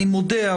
אני מודה,